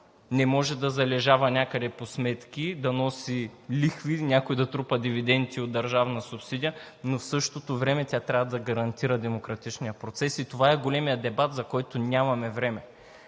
не може да залежава някъде по сметки и да носи лихви или някой да трупа дивиденти от държавна субсидия, но в същото време тя трябва да гарантира демократичния процес. И това е големият дебат, за който нямаме време